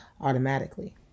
automatically